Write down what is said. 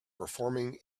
performing